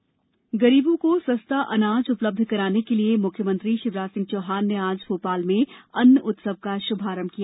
अन्न उत्सव गरीबों को सस्ता अनाज उपलब्ध कराने के लिये मुख्यमंत्री शिवराज सिंह चौहान ने आज भोपाल में अन्न उत्सव का शुभारंभ किया